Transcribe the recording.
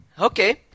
Okay